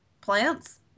plants